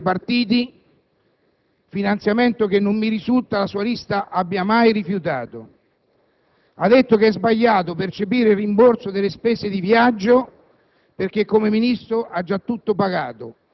ha detto che è contrario al finanziamento elettorale dei partiti, finanziamento che non mi risulta la sua lista abbia mai rifiutato; ha detto che è sbagliato percepire il rimborso delle spese di viaggio